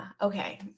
Okay